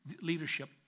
leadership